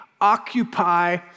occupy